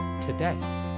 today